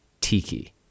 tiki